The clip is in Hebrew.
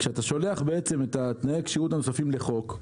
כשאתה שולח את תנאי הכשירות הנוספים לחוק,